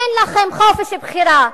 אין לכם חופש בחירה.